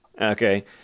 Okay